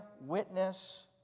witness